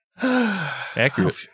Accurate